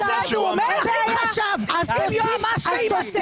הוא אומר שהוא עושה את זה עם חשב ועם יועמ"ש ועם מטה.